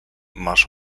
masz